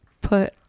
put